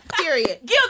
Period